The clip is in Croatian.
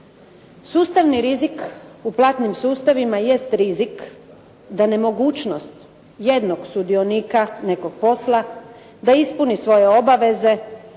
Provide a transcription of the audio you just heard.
Sustavni rizik u platnim sustavima jest rizik da nemogućnost jednog sudionika nekog posla da ispuni svoje obaveze